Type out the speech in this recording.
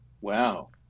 Wow